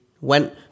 went